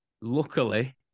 Luckily